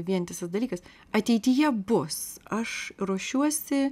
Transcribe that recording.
vientisas dalykas ateityje bus aš ruošiuosi